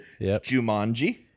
Jumanji